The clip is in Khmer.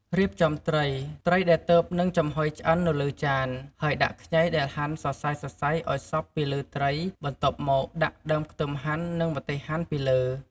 រៀបចំត្រីត្រីដែលទើបនឹងចំហុយឆ្អិននៅលើចាន ហើយដាក់ខ្ញីដែលហាន់សរសៃៗឲ្យសព្វពីលើត្រី បន្ទាប់មកដាក់ដើមខ្ទឹមហាន់ និង ម្ទេសហាន់ ពីលើ។